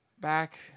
back